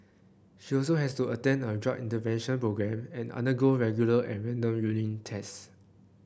she also has to attend a drug intervention programme and undergo regular and random urine tests